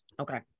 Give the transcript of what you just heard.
Okay